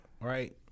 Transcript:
right